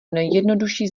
nejjednodušší